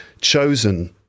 chosen